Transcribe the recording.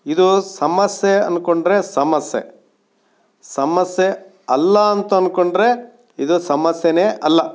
ಇದು ಸಮಸ್ಯೆ ಅಂದ್ಕೊಂಡ್ರೆ ಸಮಸ್ಯೆ ಸಮಸ್ಯೆ ಅಲ್ಲ ಅಂತ ಅಂದ್ಕೊಂಡ್ರೆ ಇದು ಸಮಸ್ಯೆನೇ ಅಲ್ಲ